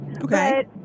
Okay